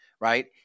Right